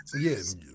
Yes